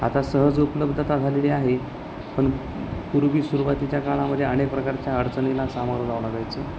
आता सहज उपलब्धता झालेली आहे पण पूर्वी सुरुवातीच्या काळामध्ये अनेक प्रकारच्या अडचणीला सामोरं जावं लागायचं